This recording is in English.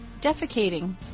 defecating